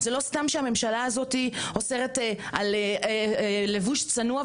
זה לא סתם שהממשלה הזאתי אוסרת על לבוש צנוע,